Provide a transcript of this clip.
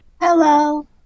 Hello